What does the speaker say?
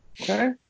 Okay